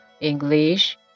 English